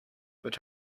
but